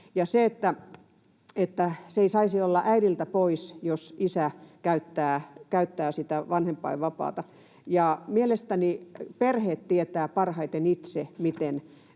ja että se ei saisi olla äidiltä pois, jos isä käyttää sitä vanhempainvapaata. Mielestäni perheet tietävät parhaiten itse, miten